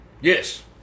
Yes